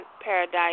paradise